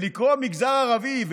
לקרוא לזה מגזר ערבי,